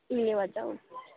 के भन्छ हौ